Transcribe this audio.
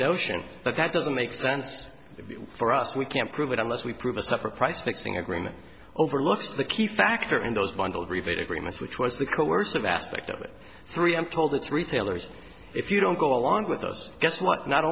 notion but that doesn't make sense for us we can't prove it unless we prove a separate price fixing agreement overlooks the key factor in those bundled rebate agreements which was the coercive aspect of it three i'm told it's retailers if you don't go along with u